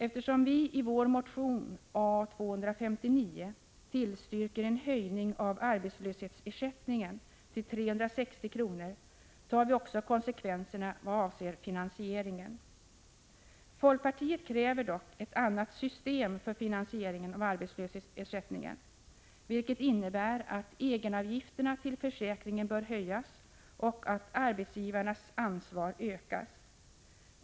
Eftersom vi i vår motion A259 tillstyrker en höjning av arbetslöshetsersättningen till 360 kr., tar vi också konsekvenserna vad avser finansieringen. Folkpartiet kräver dock ett nytt system för finansieringen av arbetslöshetsersättningen, vilket innebär att egenavgifterna till försäkringen bör höjas och att arbetsgivarnas ansvar ökas.